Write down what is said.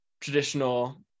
traditional